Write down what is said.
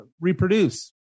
reproduce